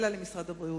אלא למשרד הבריאות?